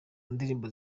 ndirimbo